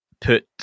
put